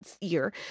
year